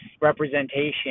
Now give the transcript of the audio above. representation